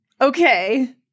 Okay